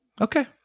Okay